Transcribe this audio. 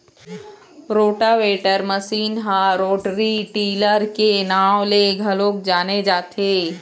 rotavator machine ह rotary tiller के नांव ले घलोक जाने जाथे